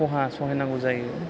खहा सहायनांगौ जायो